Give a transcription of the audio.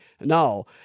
No